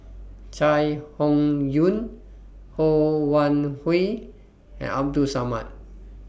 Chai Hon Yoong Ho Wan Hui and Abdul Samad